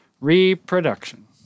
Reproduction